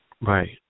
Right